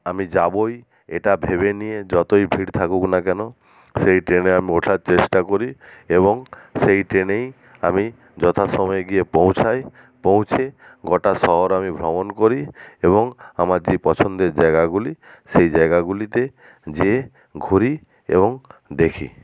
আমি যাবই এটা ভেবে নিয়ে যতই ভিড় থাকুক না কেন সেই ট্রেনে আমি ওঠার চেষ্টা করি এবং সেই ট্রেনেই আমি যথা সময়ে গিয়ে পৌঁছাই পৌঁছে গোটা শহর আমি ভ্রমণ করি এবং আমার যে পছন্দের জায়গাগুলি সেই জায়গাগুলিতে যে ঘুরি এবং দেখি